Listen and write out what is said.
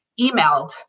emailed